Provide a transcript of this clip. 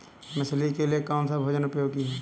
मछली के लिए कौन सा भोजन उपयोगी है?